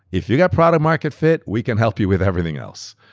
if you get product market fit, we can help you with everything else.